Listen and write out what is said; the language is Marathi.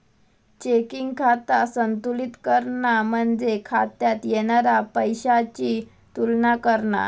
चेकिंग खाता संतुलित करणा म्हणजे खात्यात येणारा पैशाची तुलना करणा